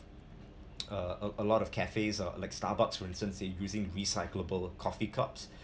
uh a a lot of cafes uh like starbucks for instance using recyclable coffee cups